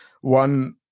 one